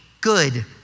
good